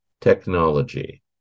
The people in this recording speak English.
technology